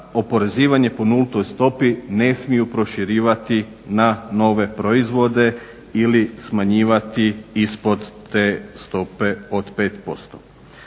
oporezivanje po nultoj stopi ne smiju proširivati na nove proizvode ili smanjivati ispod te stope od 5%.